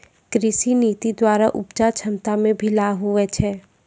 कृषि नीति द्वरा उपजा क्षमता मे लाभ हुवै छै